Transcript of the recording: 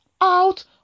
out